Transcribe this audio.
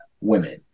women